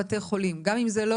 ב-10 בתי חולים, גם אם זה לא